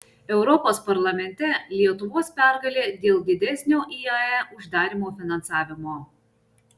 europos parlamente lietuvos pergalė dėl didesnio iae uždarymo finansavimo